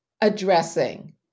addressing